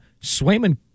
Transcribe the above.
Swayman